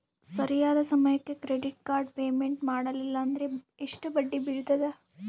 ಸರಿಯಾದ ಸಮಯಕ್ಕೆ credit card payment ಮಾಡಲಿಲ್ಲ ಅಂದ್ರೆ ಎಷ್ಟು ಬಡ್ಡಿ ಬೇಳ್ತದ?